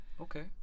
Okay